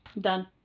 Done